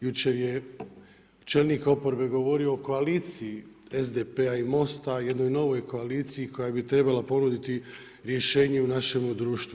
Jučer je čelnik oporbe govorio o koaliciji SDP-a i MOST-a jednoj novoj koaliciji koja bi trebala ponuditi rješenje u našemu društvu.